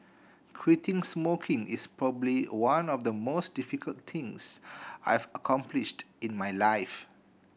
quitting smoking is probably one of the most difficult things I've accomplished in my life